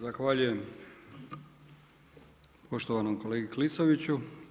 Zahvaljujem poštovanom kolegi Klisoviću.